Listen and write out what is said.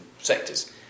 sectors